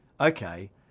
okay